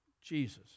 jesus